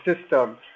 system –